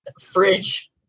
fridge